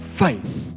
faith